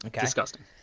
disgusting